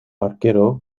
arquero